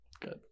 Good